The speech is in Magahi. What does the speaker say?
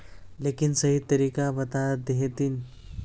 लेकिन सही तरीका बता देतहिन?